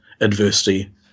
adversity